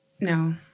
No